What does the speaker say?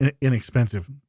inexpensive